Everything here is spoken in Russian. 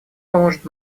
поможет